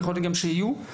יכול להיות גם שיהיו בנושא,